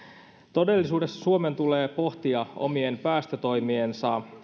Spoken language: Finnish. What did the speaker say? todellisuudessa suomen tulee pohtia omien päästötoimiensa